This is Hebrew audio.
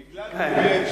בגלל ביבי אין שלום.